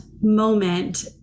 moment